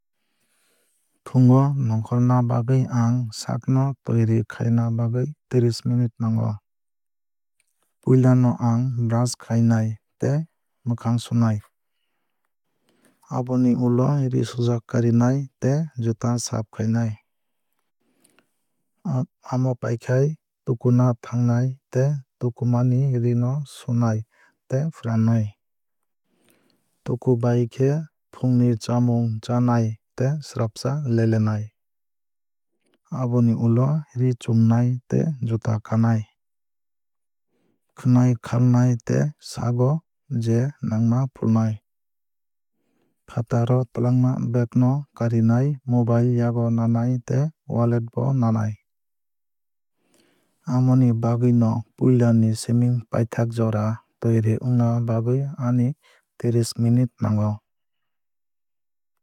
Phungo nongkhorna bagwui ang saak no toiri khaina bagwui treesh minute nango. Puila no ang brush khainai tei mukhang sunai. Aboni ulo ree sujak karinai tei juta saaf khainani. Amo paikhai tukuna thangnai tei tukumani ree no sunai tei fwranai. Tukubai khe fungni chamung chanai tei swrapsa lelenai. Aboni ulo ree chumnai tei juta kanai khwnai khalnai tei sago je nangma fulnai. Fatar o twlangma bag no karinai mobile yago nanai tei wallet bo nanai. Amoni bagwui no puila ni simi paithak jora toiri wngna bagwui ani trees minute nango.